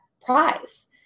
prize